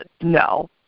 no